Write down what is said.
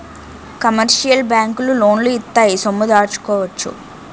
commercial బ్యాంకులు లోన్లు ఇత్తాయి సొమ్ము దాచుకోవచ్చు